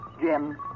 Jim